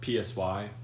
PSY